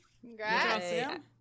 Congrats